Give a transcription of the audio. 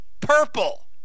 Purple